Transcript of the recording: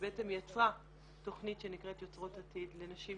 שהיא בעצם יצרה תכנית שנקראת "יוצרות עתיד" לנשים